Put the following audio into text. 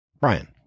Brian